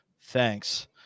Thanks